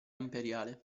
imperiale